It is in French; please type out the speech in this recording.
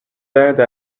aide